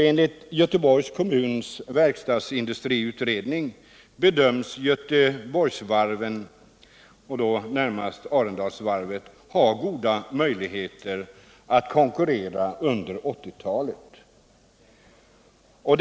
Enligt Göteborgs kommuns verkstadsindustriutredning bedöms Göteborgsvarven — och då närmast Arendalsvarvet — ha goda möjligheter att konkurrera under 1980-talet.